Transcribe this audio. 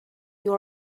you